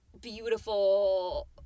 beautiful